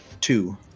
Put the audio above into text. Two